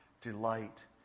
delight